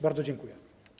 Bardzo dziękuję.